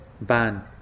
ban